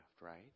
right